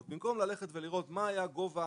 היא שבמקום ללכת ולראות מה היה גובה